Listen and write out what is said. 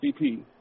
CP